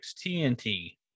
TNT